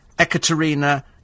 Ekaterina